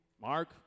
Mark